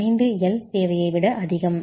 5 L தேவையை விட அதிகம்